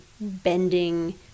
bending